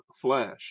flesh